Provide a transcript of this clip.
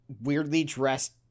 weirdly-dressed